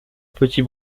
petit